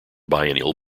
biennial